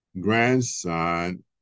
grandson